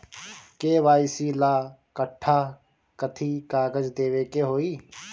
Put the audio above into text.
KYC ला कट्ठा कथी कागज देवे के होई?